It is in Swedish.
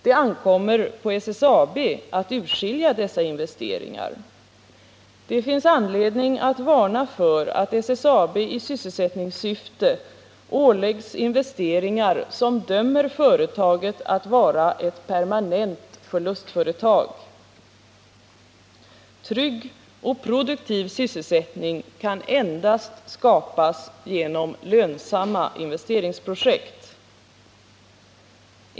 Det ankommer på SSAB att urskilja dessa investeringar. Det finns anledning att varna för att SSAB i sysselsättningssyfte åläggs investeringar som dömer företaget att vara ett permanent förlustföretag. Trygg och produktiv sysselsättning kan endast skapas genom lönsamma investeringsprojekt.